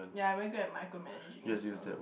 ya I very good at micro managing also